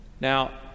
Now